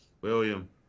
William